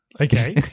Okay